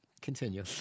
Continue